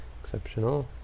exceptional